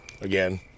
again